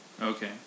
Okay